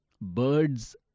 birds